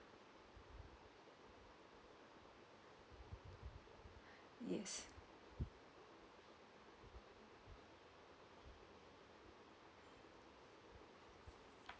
yes yes